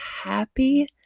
happy